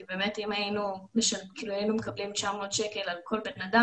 כי באמת אם היינו מקבלים 900 שקל על כל אדם,